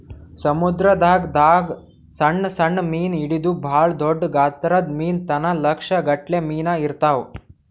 ಸಮುದ್ರದಾಗ್ ದಾಗ್ ಸಣ್ಣ್ ಸಣ್ಣ್ ಮೀನ್ ಹಿಡದು ಭಾಳ್ ದೊಡ್ಡ್ ಗಾತ್ರದ್ ಮೀನ್ ತನ ಲಕ್ಷ್ ಗಟ್ಲೆ ಮೀನಾ ಇರ್ತವ್